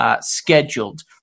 Scheduled